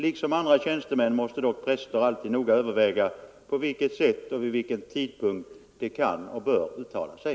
Liksom andra tjänstemän måste dock präster alltid noga överväga på vilket sätt och vid vilken tidpunkt de kan och bör uttala sig.